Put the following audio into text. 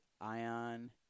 Ion